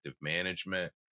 management